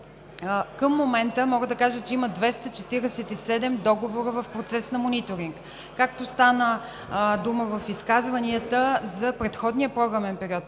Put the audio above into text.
Към момента мога да кажа, че има 247 договора в процес на мониторинг. Както стана дума в изказванията, за предходния програмен период